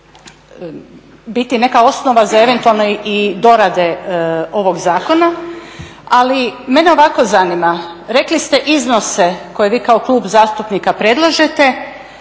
biti neka osnova za eventualne i dorade ovog zakona. Ali mene ovako zanima. Rekli ste iznose koje vi kao klub zastupnika predlažete.